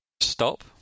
Stop